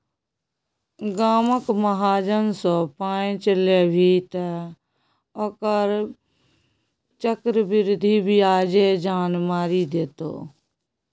गामक महाजन सँ पैंच लेभी तँ ओकर चक्रवृद्धि ब्याजे जान मारि देतौ